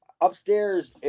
upstairs